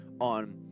on